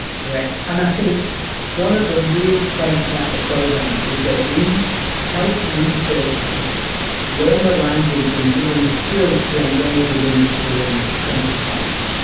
correct. and i think one of the real strengths about the program is that we help researchers learn the language and give them the skills to engage with industry and potential partners,